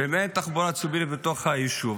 ואין תחבורה ציבורית בתוך היישוב,